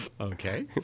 Okay